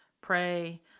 Pray